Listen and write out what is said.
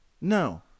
No